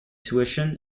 tuition